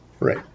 Right